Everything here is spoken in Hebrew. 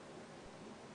לא,